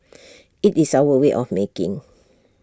IT is our way of making